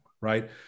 right